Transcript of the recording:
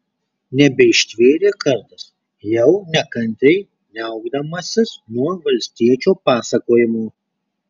nebeištvėrė kardas jau nekantriai niaukdamasis nuo valstiečio pasakojimo